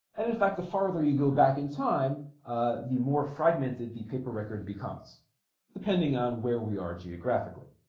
and in fact the farther you go back in time the more fragmented the paper record becomes depending on where we are geographically